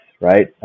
right